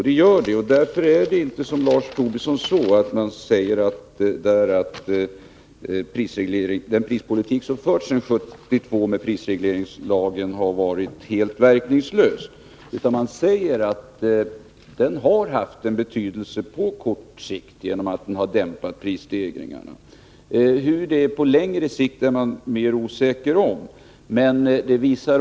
Det gör det, och därför är det inte så, Lars Tobisson, att man säger att den prispolitik som förts sedan 1972 med hjälp av prisregleringslagen har varit helt verkningslös, utan man säger att den har haft en betydelse på kort sikt genom att den har dämpat prisstegringarna. Hur det är på längre sikt är man mer osäker på.